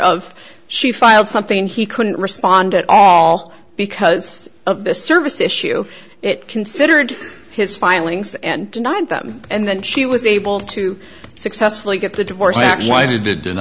of she filed something he couldn't respond at all because of this service issue it considered his filings and denied them and then she was able to successfully get the divorce